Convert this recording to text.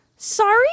Sorry